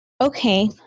Okay